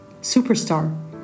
Superstar